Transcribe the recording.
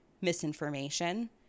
misinformation